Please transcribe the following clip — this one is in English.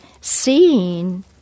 seeing